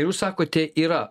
ir jūs sakote yra